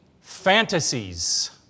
fantasies